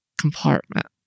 compartment